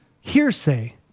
hearsay